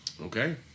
Okay